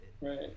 right